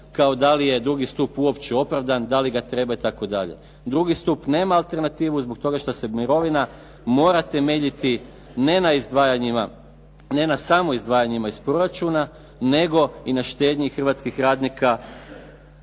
kao da li je drugi stup uopće opravdan, da li ga treba itd. Drugi stup nema alternativu zbog toga što se mirovina mora temeljiti ne na izdvajanjima, ne na samo izdvajanjima iz proračuna, nego i na štednji hrvatskih radnika